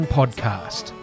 podcast